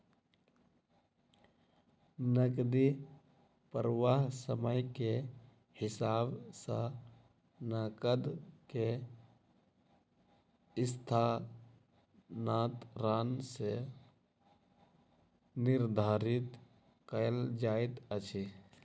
नकदी प्रवाह समय के हिसाब सॅ नकद के स्थानांतरण सॅ निर्धारित कयल जाइत अछि